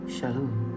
Shalom